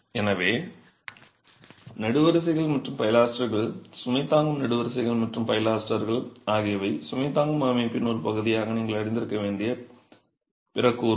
எனவே நெடுவரிசைகள் மற்றும் பைலாஸ்டர்கள் சுமை தாங்கும் நெடுவரிசைகள் மற்றும் பைலாஸ்டர்கள் ஆகியவை சுமை தாங்கும் அமைப்பின் ஒரு பகுதியாக நீங்கள் அறிந்திருக்க வேண்டிய பிற கூறுகள்